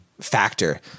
factor